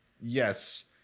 Yes